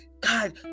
God